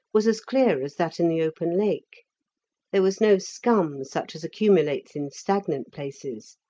was as clear as that in the open lake there was no scum such as accumulates in stagnant places.